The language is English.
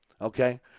Okay